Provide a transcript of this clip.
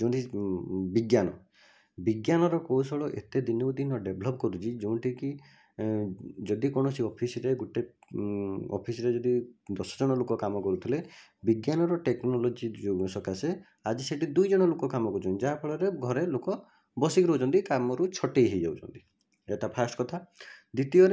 ଯେଉଁଠି ବିଜ୍ଞାନ ବିଜ୍ଞାନର କୌଶଳ ଏତେ ଦିନକୁ ଦିନ ଡେଭଲପ୍ କରୁଛି ଯେଉଁଠିକି ଯଦି କୌଣସି ଅଫିସରେ ଗୋଟିଏ ଅଫିସରେ ଯଦି ଦଶ ଜଣ ଲୋକ କାମ କରୁଥିଲେ ବିଜ୍ଞାନର ଟେକ୍ନୋଲୋଜି ଯୋଗୁଁ ସକାଶେ ଆଜି ସେଇଠି ଦୁଇଜଣ ଲୋକ କାମ କରୁଛନ୍ତି ଯାହାଫଳରେ ଘରେ ଲୋକ ବସିକି ରହୁଛନ୍ତି କାମରୁ ଛଟେଇ ହୋଇଯାଉଛନ୍ତି ଏଇଟା ଫାଷ୍ଟ କଥା ଦ୍ୱିତୀୟରେ